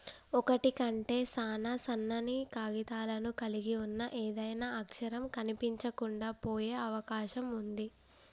ఒకటి కంటే సాన సన్నని కాగితాలను కలిగి ఉన్న ఏదైనా అక్షరం కనిపించకుండా పోయే అవకాశం ఉంది